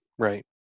Right